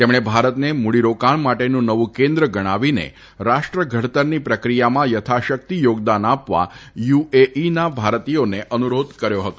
તેમણે ભારતને મુડી રોકાણ માટેનું નવુ કેન્દ્ર ગણાવીને રાષ્ટ્ર ઘડતરની પ્રક્રિયામાં યથાશકિત થોગદાન આપવા યુએઇના ભારતીયોને અનુરોધ કર્યો હતો